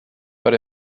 but